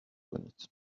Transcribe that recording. کنید